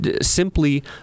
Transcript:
simply